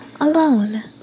alone